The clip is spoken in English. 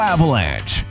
Avalanche